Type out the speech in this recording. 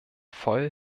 voll